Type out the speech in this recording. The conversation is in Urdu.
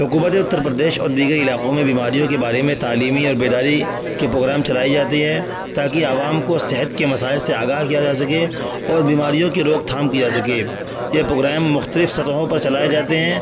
حکومت اتّر پردیش اور دیگر علاقوں میں بیماریوں کے بارے میں تعلیمی اور بیداری کے پروگرام چلائی جاتی ہے تاکہ عوام کو صحت کے مسائل سے آگاہ کیا جا سکے اور بیماریوں کی روک تھام کی جا سکے یہ پروگرام مختلف سطحوں پر چلائے جاتے ہیں